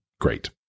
great